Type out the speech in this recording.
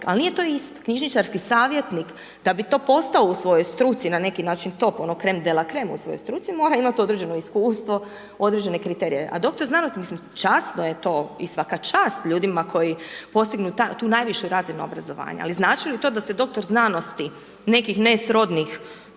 Ali nije to isto, knjižničarski savjetnik da bi to postao u svojoj struci na neki način top, ono creme de la creme, u svojoj struci, mora imati određeno iskustvo, određene kriterije, a doktor znanosti, mislim časno je to i svaka čast ljudima koji postignu tu najvišu razinu obrazovanja, ali znači li to da ste doktor znanosti nekih nesrodnih,